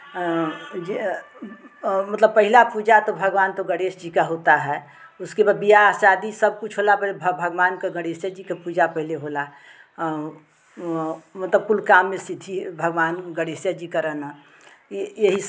मतलब पहला पूजा तो भगवान तो गणेश जी का होता है उसके पर बियाह शादी सबकुछ होला पर भगवान क गणेशे जी के पूजा पहले होला मतलब कुल काम में सिद्धि भगवान गणेशे जी करे ना ई यही सब